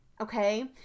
okay